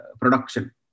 production